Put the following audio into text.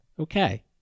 Okay